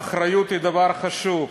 האחריות היא דבר חשוב.